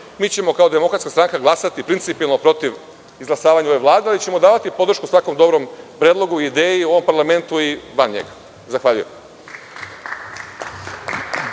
Mi ćemo kao DS glasati principijelno protiv izglasavanja ove Vlade, ali ćemo davati podršku svakom dobrom predlogu i ideji u ovom parlamentu i van njega. Zahvaljujem.